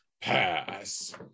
pass